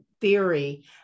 theory